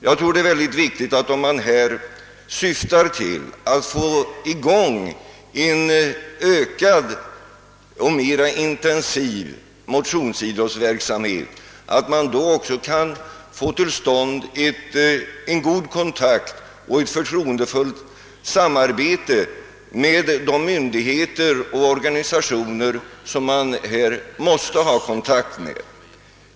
Jag tror det är mycket viktigt att man när man vill få i gång en mera intensiv motionsidrottsverksamhet också söker åstadkomma en god kontakt och ett förtroendefullt samarbete med de myndigheter och organisationer som man härvidlag måste ha kontakt med.